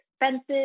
expensive